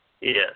yes